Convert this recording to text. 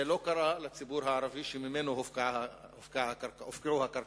זה לא קרה לציבור הערבי שממנו הופקו הקרקעות,